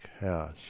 house